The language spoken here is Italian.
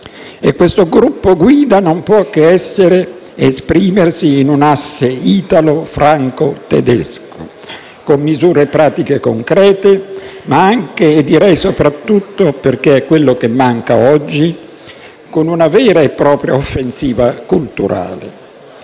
E questo gruppo-guida non può che esprimersi in un asse italo-franco-tedesco: con misure pratiche concrete, ma anche e direi soprattutto, perché è quello che manca oggi, con una vera e propria offensiva culturale.